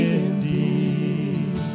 indeed